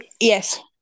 Yes